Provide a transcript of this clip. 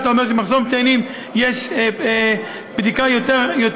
מעוניינים לתת רשות להכניס יותר מכוניות,